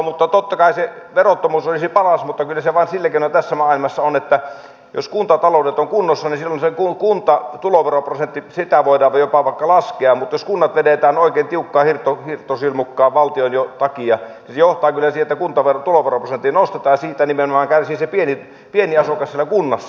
totta kai se verottomuus olisi paras mutta kyllä se vain sillä keinoin tässä maailmassa on että jos kuntataloudet ovat kunnossa niin silloin sitä kuntatuloveroprosenttia voidaan jopa vaikka laskea mutta jos kunnat vedetään oikein tiukkaan hirttosilmukkaan valtion takia niin se johtaa kyllä siihen että kuntatuloveroprosenttia nostetaan ja siitä nimenomaan kärsii se pieni asukas siellä kunnassa